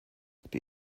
die